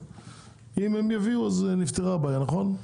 אם הם יביאו נפתרה הבעיה, נכון?